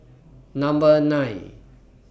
nine